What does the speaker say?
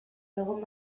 egon